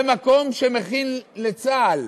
זה מקום שמכין לצה"ל.